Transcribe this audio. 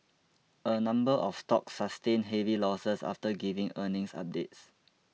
a number of stocks sustained heavy losses after giving earnings updates